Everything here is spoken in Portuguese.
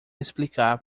explicar